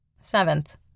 Seventh